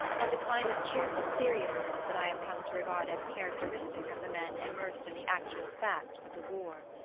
and a kind of cheerful seriousness that i have come to regard as characteristic of the men immersed in the actual facts of the war.